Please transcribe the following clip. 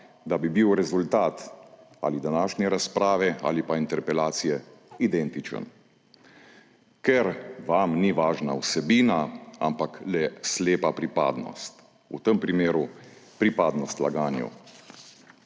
da bi bil rezultat ali današnje razprave ali pa interpelacije identičen, ker vam ni važna vsebina, ampak le slepa pripadnost. V tem primeru pripadnost laganju.